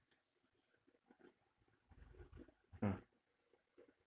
mm